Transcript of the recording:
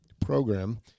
program